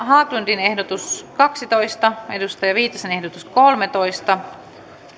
haglundin ehdotus kaksitoista pia viitasen ehdotus kolmetoista